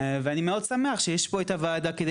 ואני מאוד שמח שיש פה את הועדה כדי